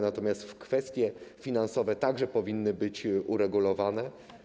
Natomiast kwestie finansowe także powinny być uregulowane.